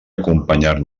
acompanyar